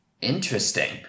Interesting